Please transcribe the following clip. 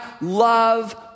love